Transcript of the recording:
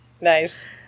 Nice